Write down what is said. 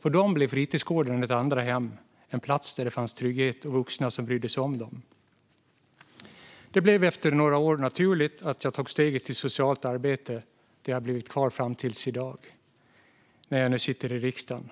För dem blev fritidsgården ett andra hem, en plats där det fanns trygghet och vuxna som brydde sig om dem. Det blev efter några år naturligt att jag tog steget till socialt arbete, där jag blev kvar fram till i dag, när jag sitter i riksdagen.